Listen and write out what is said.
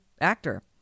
Actor